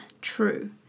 true